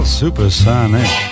supersonic